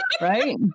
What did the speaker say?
right